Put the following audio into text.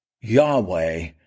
Yahweh